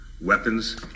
weapons